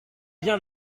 bien